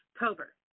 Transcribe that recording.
October